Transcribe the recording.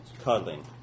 Cuddling